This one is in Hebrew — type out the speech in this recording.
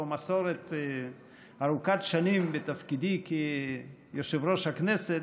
מסורת ארוכת שנים בתפקידי כיושב-ראש הכנסת,